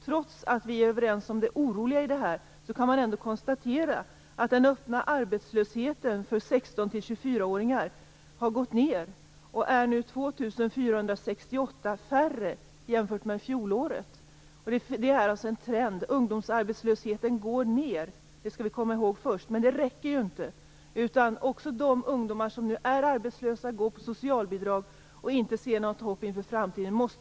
Trots att vi är överens om att detta är oroande kan man ändå konstatera att den öppna arbetslösheten för 16-24 åringar har gått ned. Det är nu 2 468 färre som är arbetslösa jämfört med fjolåret. Detta är alltså en trend. Ungdomarbetslösheten går ned. Det skall vi komma i håg, men det räcker ju inte. Vi måste nu sätta in särskilda åtgärder också för de ungdomar som är arbetslösa, som lever på socialbidrag och som inte ser något hopp inför framtiden.